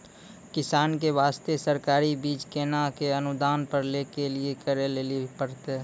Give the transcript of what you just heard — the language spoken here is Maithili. किसान के बास्ते सरकारी बीज केना कऽ अनुदान पर लै के लिए की करै लेली लागतै?